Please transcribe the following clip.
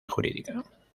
jurídica